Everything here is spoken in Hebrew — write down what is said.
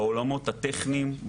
בעולמות הטכניים,